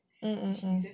mm mm